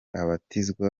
abatizwa